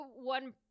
one